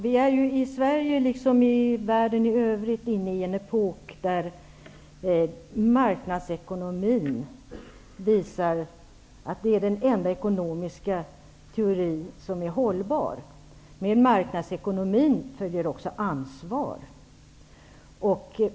Fru talman! Sverige är liksom världen i övrigt inne i en epok där marknadsekonomin visar att den är den enda ekonomiska teori som är hållbar. Med marknadsekonomin följer ansvar.